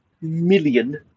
million